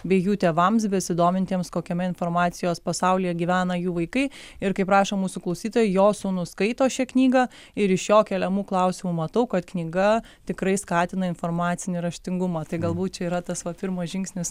bei jų tėvams besidomintiems kokiame informacijos pasaulyje gyvena jų vaikai ir kaip rašo mūsų klausytojai jo sūnus skaito šią knygą ir iš jo keliamų klausimų matau kad knyga tikrai skatina informacinį raštingumą tai galbūt čia yra tas va pirmas žingsnis